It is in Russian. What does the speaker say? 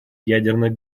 ядерных